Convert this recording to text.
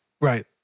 Right